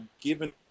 given